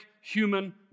human